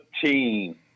team